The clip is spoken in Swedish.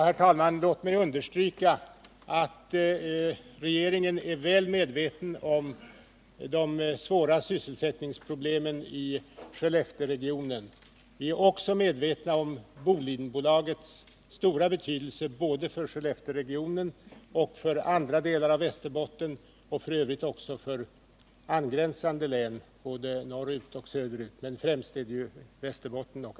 Herr talman! Låt mig understryka att regeringen är väl medveten om de svåra sysselsättningsproblemen i Skellefteregionen. Vi är också medvetna om Bolidenföretagets stora betydelse både för Skellefteregionen och för andra delar av Västerbotten, och för övrigt också för angränsande län både norrut och söderut.